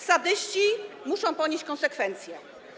Sadyści muszą ponieść konsekwencje.